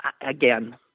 again